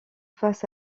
face